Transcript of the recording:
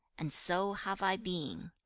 and so have i been.